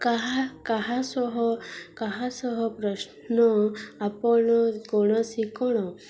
କାହା କାହା ସହ କାହା ସହ ପ୍ରଶ୍ନ ଆପଣ କୌଣସି କ'ଣ